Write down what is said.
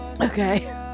Okay